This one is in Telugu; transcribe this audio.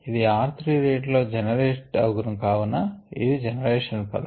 ఇది r 3 రేట్ లో జెనరేట్ అగును కావున ఇది జెనరేషన్ పదం